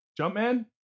Jumpman